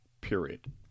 period